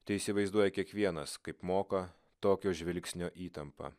teįsivaizduoja kiekvienas kaip moka tokio žvilgsnio įtampą